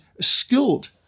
skilled